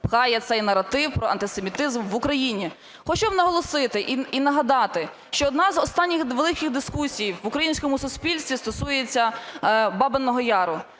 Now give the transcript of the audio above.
пхає це наратив про антисемітизм в Україні. Хочу вам наголосити і нагадати, що одна з останніх великих дискусій в українському суспільстві стосується Бабиного Яру.